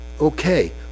okay